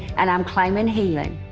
and i'm claiming healing.